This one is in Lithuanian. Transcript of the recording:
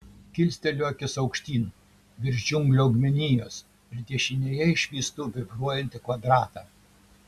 kilsteliu akis aukštyn virš džiunglių augmenijos ir dešinėje išvystu vibruojantį kvadratą